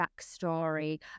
backstory